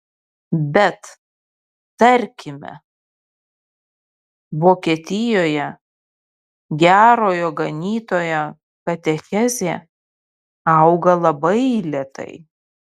bet tarkime vokietijoje gerojo ganytojo katechezė auga labai lėtai